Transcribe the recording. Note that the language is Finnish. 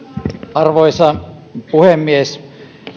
arvoisa puhemies